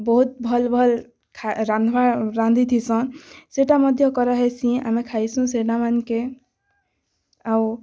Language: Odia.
ବହୁତ୍ ଭଲ୍ ଭଲ୍ ରାନ୍ଧବାର୍ ରାନ୍ଧିଥିସନ୍ ସେଟା ମଧ୍ୟ କରାହେସି ଆମେ ଖାଏସୁଁ ସେଟା ମାନ୍କେ ଆଉ